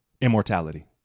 immortality